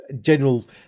general